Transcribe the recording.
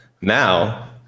Now